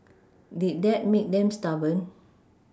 did that make them stubborn